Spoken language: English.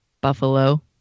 buffalo